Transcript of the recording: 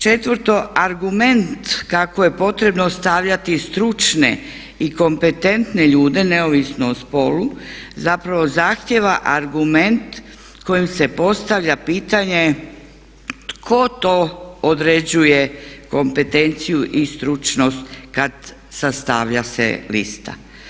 Četvrto, argument kako je potrebno stavljati stručne i kompetentne ljude neovisno o spolu zapravo zahtjeva argument kojim se postavlja pitanje tko to određuje kompetenciju i stručnost kad sastavlja se lista?